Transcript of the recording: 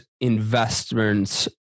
investments